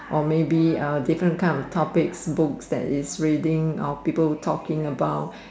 or maybe uh different kinds of topics books that people are reading or talking about